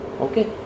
Okay